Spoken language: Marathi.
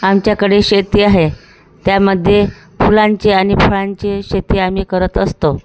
आमच्याकडे शेती आहे त्यामध्ये फुलांची आणि फळांची शेती आम्ही करत असतो